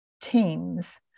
teams